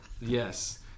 Yes